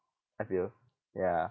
I feel ya